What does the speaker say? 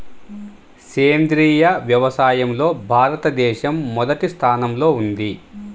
సేంద్రీయ వ్యవసాయంలో భారతదేశం మొదటి స్థానంలో ఉంది